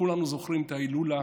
כולנו זוכרים את ההילולה